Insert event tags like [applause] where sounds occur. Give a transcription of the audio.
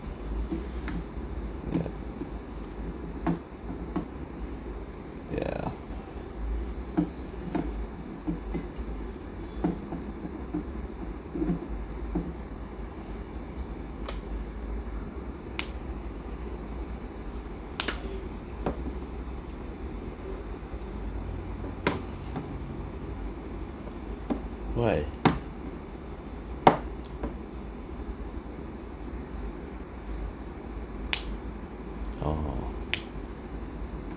yeah yeah why [noise] orh